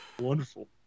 Wonderful